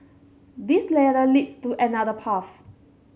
this ladder leads to another path